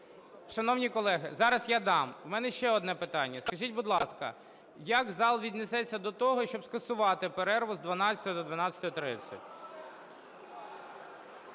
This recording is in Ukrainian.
Шановні колеги... Зараз я дам. В мене ще одне питання. Скажіть, будь ласка, як зал віднесеться до того, щоб скасувати перерву з 12 до 12:30?